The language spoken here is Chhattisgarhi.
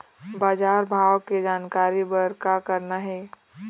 बजार भाव के जानकारी बर का करना हे?